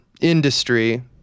industry